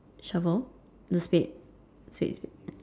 shovel the spade spade spade